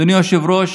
אדוני היושב-ראש,